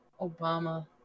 Obama